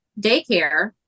daycare